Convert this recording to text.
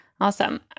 Awesome